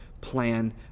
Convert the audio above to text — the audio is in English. plan